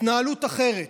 התנהלות אחרת